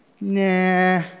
Nah